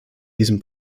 diesem